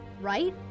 right